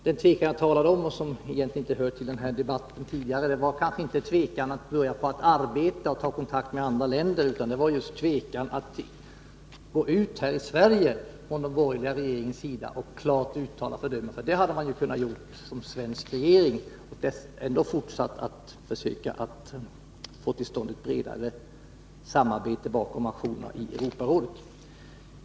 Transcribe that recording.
Den tvekan jag talade om, och som egentligen inte hör till den här debatten, var kanske inte tvekan att börja arbeta och ta kontakt med andra länder, utan det var tvekan att gå ut här i Sverige från den borgerliga regeringens sida och klart uttala fördömandet. Det hade en svensk regering kunnat göra, och den hade kunnat fortsätta att försöka få till stånd . ett bredare samarbete när det gäller aktionerna i Europarådet.